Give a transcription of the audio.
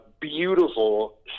beautiful